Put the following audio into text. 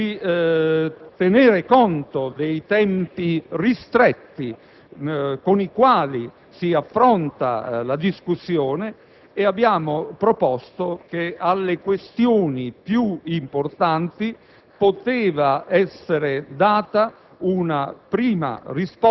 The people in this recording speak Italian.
sottolineato di tener conto dei tempi ristretti con i quali si affronta la discussione e abbiamo proposto che alle questioni più importanti sia data